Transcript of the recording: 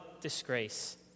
disgrace